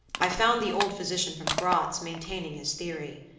i found the old physician from gratz maintaining his theory.